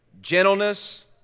gentleness